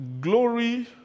glory